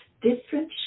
different